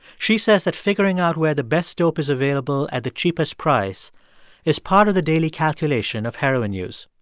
she says that figuring out where the best dope is available at the cheapest price is part of the daily calculation of heroin use.